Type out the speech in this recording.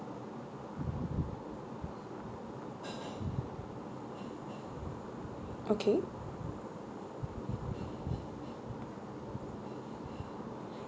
okay